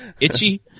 itchy